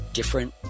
different